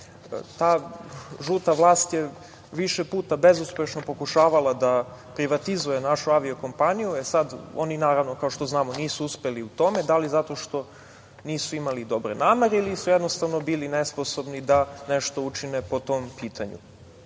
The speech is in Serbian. Ta žuta vlast je više puta bezuspešno pokušavala da privatizuje našu avio-kompaniju. Oni, naravno, kao što znamo, nisu uspeli u tome, da li zato što nisu imali dobre namere ili su jednostavno bili nesposobni da nešto učine po tom